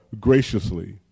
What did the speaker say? graciously